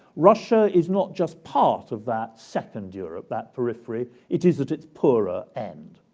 russia is not just part of that second europe, that periphery. it is at its poorer end.